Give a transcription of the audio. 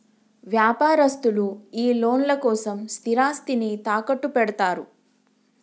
వ్యాపారస్తులు ఈ లోన్ల కోసం స్థిరాస్తిని తాకట్టుపెడ్తరు